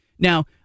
Now